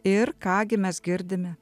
ir ką gi mes girdime